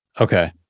Okay